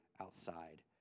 outside